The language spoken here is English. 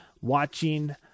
watching